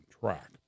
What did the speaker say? track